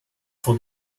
for